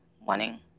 wanting